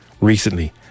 recently